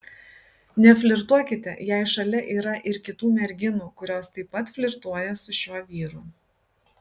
neflirtuokite jei šalia yra ir kitų merginų kurios taip pat flirtuoja su šiuo vyru